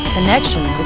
Connection